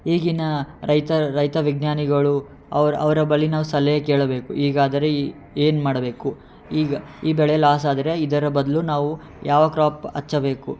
ಈಗಿನ ರೈತ ರೈತ ವಿಜ್ಞಾನಿಗಳು ಅವ್ರ ಅವರ ಬಳಿ ನಾವು ಸಲಹೆ ಕೇಳಬೇಕು ಹೀಗಾದರೆ ಏನು ಮಾಡಬೇಕು ಈಗ ಈ ಬೆಳೆ ಲಾಸ್ ಆದರೆ ಇದರ ಬದಲು ನಾವು ಯಾವ ಕ್ರಾಪ್ ಹಚ್ಚಬೇಕು